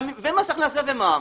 ומס הכנסה ומע"מ